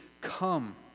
come